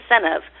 incentive